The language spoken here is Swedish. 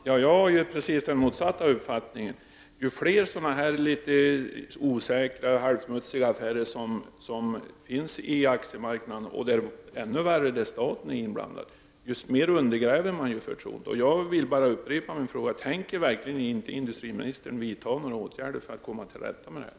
Herr talman! Jag är precis av den motsatta uppfattningen. Ju fler litet osäkra, halvsmutsiga affärer som finns på aktiemarknaden, och det är ännu värre när staten är inblandad, desto mer undergräver man förtroendet. Tänker verkligen industriministern inte vidta några åtgärder för att komma till rätta med detta?